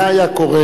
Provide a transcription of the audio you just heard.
מה היה קורה,